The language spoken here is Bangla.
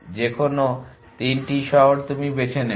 যে কোনো 3টি শহর তুমি বেছে নেবে